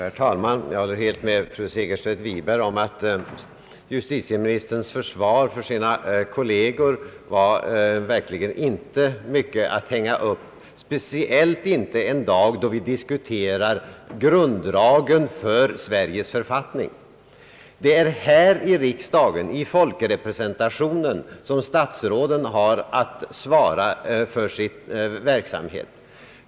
Herr talman! Jag håller helt med fru Segerstedt Wiberg om att justitieministerns försvar för sina kolleger verkligen inte var mycket värt, speciellt inte en dag då vi diskuterar grunddragen för Sveriges författning. Det är här i riksdagen, i folkrepresentationen, som statsråden har att svara för sin verksamhet.